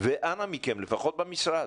ואנא מכם, לפחות במשרד,